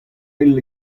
eil